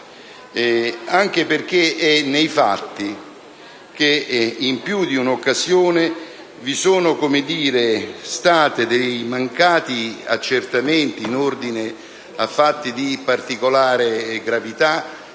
Del resto è nei fatti che, in più di un'occasione, vi sono stati mancati accertamenti in ordine a vicende di particolare gravità,